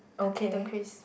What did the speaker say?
potato crips